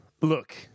Look